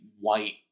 white